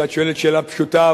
שאת שואלת שאלה פשוטה,